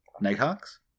Nighthawks